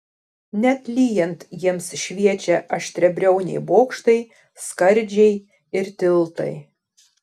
net lyjant jiems šviečia aštriabriauniai bokštai skardžiai ir tiltai